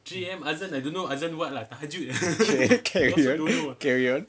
okay carry on carry on